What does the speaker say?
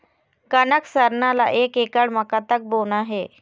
कनक सरना ला एक एकड़ म कतक बोना हे?